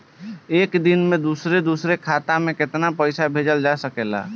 एक दिन में दूसर दूसर खाता में केतना पईसा भेजल जा सेकला?